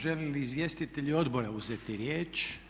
Žele li izvjestitelji odbora uzeti riječ?